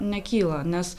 nekyla nes